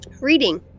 reading